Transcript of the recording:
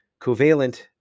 covalent